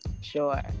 sure